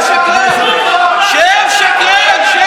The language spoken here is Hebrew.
שקרן.